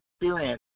experience